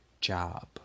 job